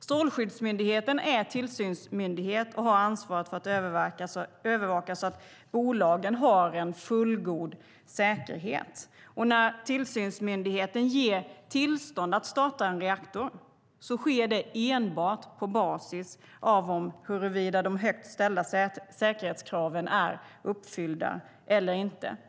Strålskyddsmyndigheten är tillsynsmyndighet och har ansvar att övervaka att bolagen har en fullgod säkerhet. När tillsynsmyndigheten ger tillstånd att starta en reaktor sker det enbart på basis av huruvida de högt ställda säkerhetskraven är uppfyllda eller inte.